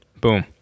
Boom